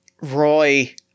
Roy